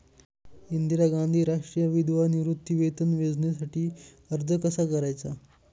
इंदिरा गांधी राष्ट्रीय विधवा निवृत्तीवेतन योजनेसाठी अर्ज कसा करायचा?